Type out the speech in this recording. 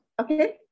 Okay